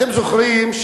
אתם זוכרים,